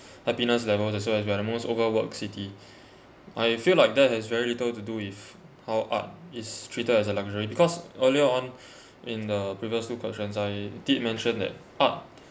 happiness levels as well as we are the most overwork city I feel like that has very little to do with how art is treated as a luxury because earlier on in the previous two questions I did mention that art